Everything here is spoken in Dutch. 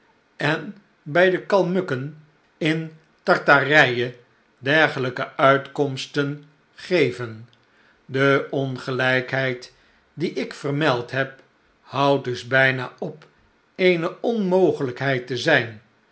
en bij de kalmukken in t a r t a r ij e dergelijke uitkomsten geven de ongelijkheid die ik vermeld heb houdt dus bijna op eene onmogelijkheid te zijn